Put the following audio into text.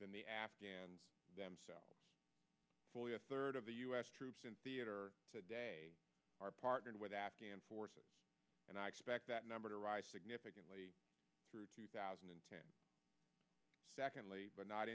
than the afghans themselves fully a third of the u s troops in theater are partnered with afghan forces and i expect that number to rise significantly through two thousand and secondly but not